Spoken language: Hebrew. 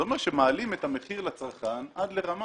זה אומר שמעלים את המחיר לצרכן עד לרמה